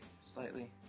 slightly